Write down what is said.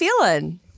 feeling